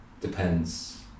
depends